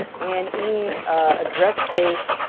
and any address space